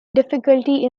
difficulty